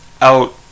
out